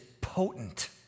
potent